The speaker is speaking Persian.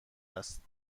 است